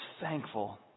thankful